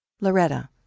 Loretta